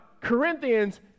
Corinthians